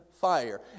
fire